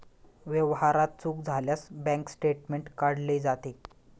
व्यवहारात चूक झाल्यास बँक स्टेटमेंट काढले जाते